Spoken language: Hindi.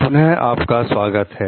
पुनः आपका स्वागत है